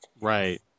Right